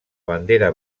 bandera